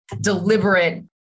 deliberate